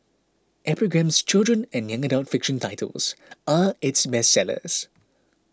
epigram's children and young adult fiction titles are its bestsellers